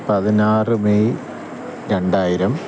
പതിനാറ് മെയ് രണ്ടായിരം